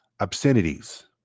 Obscenities